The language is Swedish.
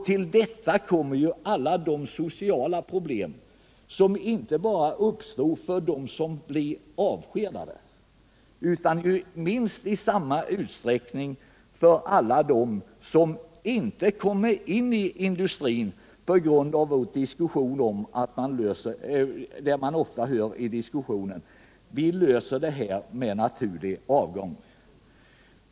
Till detta kommer alla de sociala problem som uppstår inte bara för dem som blir avskedade utan också — och i minst samma utsträckning — för alla dem som inte kommer in i industrin på grund av att man, som vi ofta hör i diskussionen, löser problemen genom naturlig avgång.